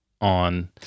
on